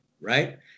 right